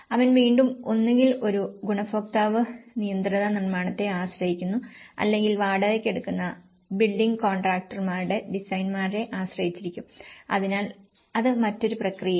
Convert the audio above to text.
അവൻ വീണ്ടും ഒന്നുകിൽ ഒരു ഗുണഭോക്താവ് നിയന്ത്രിത നിർമ്മാണത്തെ ആശ്രയിക്കുന്നു അല്ലെങ്കിൽ വാടകയ്ക്കെടുക്കുന്ന ബിൽഡിംഗ് കോൺട്രാക്ടർമാരുടെ ഡിസൈനർമാരെ ആശ്രയിക്കാം അതിനാൽ അത് മറ്റൊരു പ്രക്രിയയാണ്